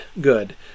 good